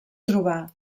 trobar